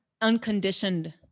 unconditioned